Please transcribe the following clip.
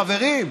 חברים.